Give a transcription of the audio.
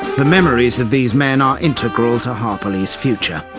the memories of these men are integral to harperley's future.